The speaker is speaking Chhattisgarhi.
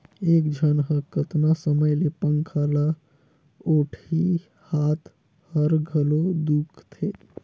एक झन ह कतना समय ले पंखा ल ओटही, हात हर घलो दुखते